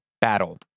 battle